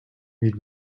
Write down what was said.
need